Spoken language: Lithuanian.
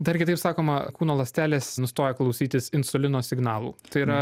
dar kitaip sakoma kūno ląstelės nustoja klausytis insulino signalų tai yra